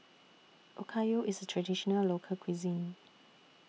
Okayu IS Traditional Local Cuisine